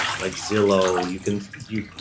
like zillow. you can, you,